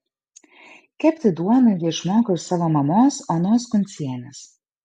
kepti duoną ji išmoko iš savo mamos onos kuncienės